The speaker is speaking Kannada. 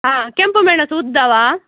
ಹಾಂ ಕೆಂಪು ಮೆಣಸು ಉದ್ದದ್ದಾ